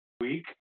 Week